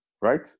right